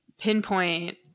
pinpoint